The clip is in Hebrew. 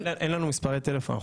אין לנו מספרי טלפון.